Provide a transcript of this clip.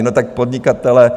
No tak podnikatelé...